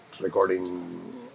recording